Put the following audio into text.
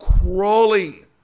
Crawling